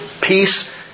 Peace